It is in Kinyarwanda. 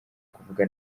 kuvuga